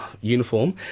uniform